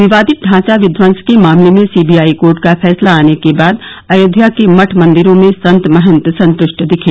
विवादित ढांचा विध्वंस के मामले में सीबीआई कोर्ट का फैसला आने के बाद अयोध्या के मठ मंदिरों में संत महंत संतुष्ट दिखे